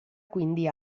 quindi